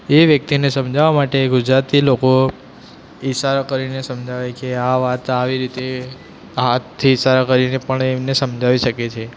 એ વ્યક્તિને સમજાવવા માટે ગુજરાતી લોકો ઇશારો કરીને સમજાવે કે આ વાત આવી રીતે હાથથી ઇશારો કરીને પણ એમને સમજાવી શકે છે